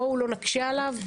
בואו לא נקשה עליו,